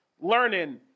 learning